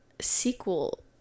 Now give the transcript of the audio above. sequel